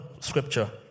scripture